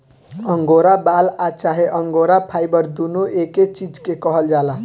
angora बाल आ चाहे अंगोरा फाइबर दुनो एके चीज के कहल जाला